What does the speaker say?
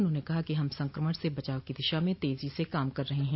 उन्होंने कहा कि हम संक्रमण से बचाव की दिशा में तेजी से काम कर रहे हैं